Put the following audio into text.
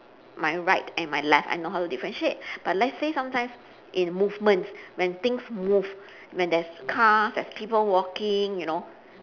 my right and my left I know how to differentiate but let's say sometimes in movements when things move when there's car there's people walking you know